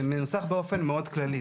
זה מנוסח באופן כללי.